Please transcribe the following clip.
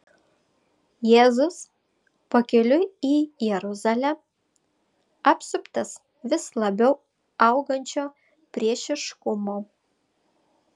jėzus pakeliui į jeruzalę apsuptas vis labiau augančio priešiškumo